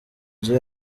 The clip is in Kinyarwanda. nzu